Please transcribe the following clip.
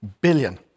billion